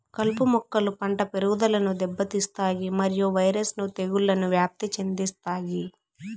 కలుపు మొక్కలు పంట పెరుగుదలను దెబ్బతీస్తాయి మరియు వైరస్ ను తెగుళ్లను వ్యాప్తి చెందిస్తాయి